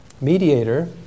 mediator